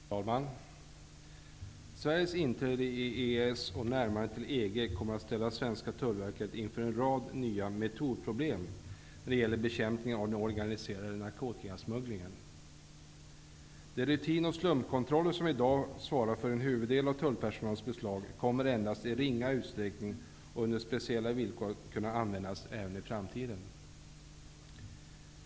Herr talman! Sveriges inträde i EES och närmandet till EG kommer att ställa det svenska tullverket inför en rad nya metodproblem när det gäller bekämpningen av den organiserade narkotikasmugglingen. De rutin och slumpkontroller som i dag svarar för en huvuddel av tullpersonalens beslag kommer endast i ringa utsträckning och under speciella villkor att kunna användas även i framtiden.